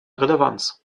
relevanz